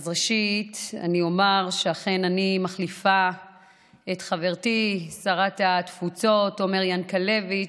ראשית אני אומר שאכן אני מחליפה את חברתי שרת התפוצות עומר ינקלביץ',